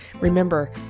Remember